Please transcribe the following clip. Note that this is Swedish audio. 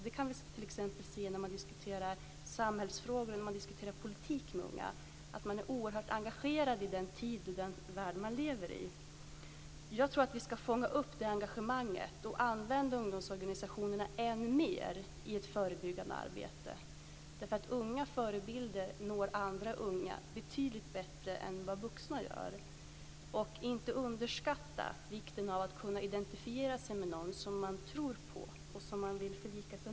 Det kan vi t.ex. se när man diskuterar samhällsfrågor och politik med unga. De är oerhört engagerade i den tid och den värld de lever i. Jag tror att vi ska fånga upp det engagemanget och använda ungdomsorganisationerna än mer i ett förebyggande arbete. Unga förebilder når andra unga betydligt bättre än vad vuxna gör. Vi får inte underskatta vikten av att kunna indentifiera sig med någon som man tror på och som man vill likna.